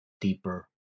deeper